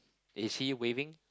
is he waving